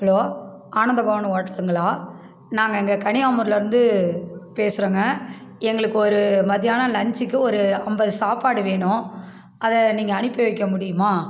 hello Anandabhavan ஹோட்டலுங்களா நாங்கள் இங்கே கனியாமுர்லேருந்து பேசுகிறோங்க எங்களுக்கு ஒரு மதியானம் லஞ்சிக்கு ஒரு ஐம்பது சாப்பாடு வேணும் அதை நீங்கள் அனுப்பி வைக்க முடியுமா